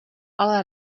ale